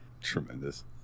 tremendous